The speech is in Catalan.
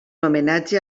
homenatge